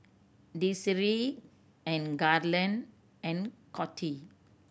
Desiree and Garland and Coty